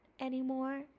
anymore